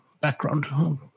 background